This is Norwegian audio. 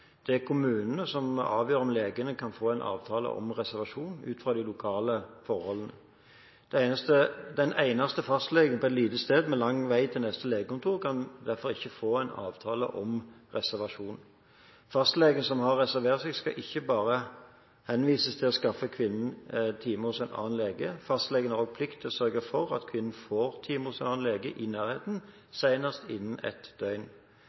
Det er kommunene som avgjør om legene kan få en avtale om reservasjon ut fra de lokale forholdene. Den eneste fastlegen på et lite sted med lang vei til neste legekontor kan derfor ikke få en avtale om reservasjon. Fastlegen som har reservert seg, skal ikke bare henvises til å skaffe kvinnen time hos en annen lege. Fastlegen har også plikt til å sørge for at kvinnen får time hos annen lege i nærheten, senest innen et døgn.